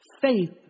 Faith